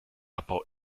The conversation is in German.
abbau